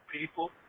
people